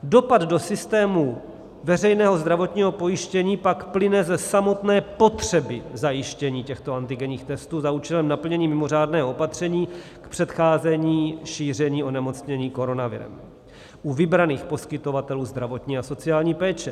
Dopad do systému veřejného zdravotního pojištění pak plyne ze samotné potřeby zajištění těchto antigenních testů za účelem naplnění mimořádného opatření k předcházení šíření onemocnění koronavirem u vybraných poskytovatelů zdravotní a sociální péče.